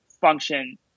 function